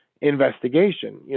investigation